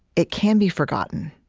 it can be forgotten.